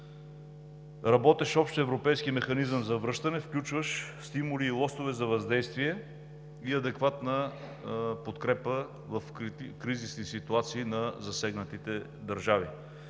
работещ Общ европейски механизъм за връщане, включващ стимули и лостове за въздействие и адекватна подкрепа в кризисни ситуации на засегнатите държави.